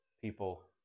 people